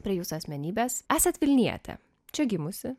prie jūsų asmenybės esate vilnietė čia gimusi